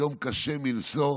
יום קשה מנשוא,